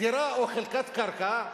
דירה או חלקת קרקע,